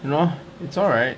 you know it's alright